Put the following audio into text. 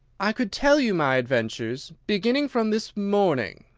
i could tell you my adventures beginning from this morning,